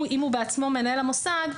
אם הוא בעצמו מנהל המוסד,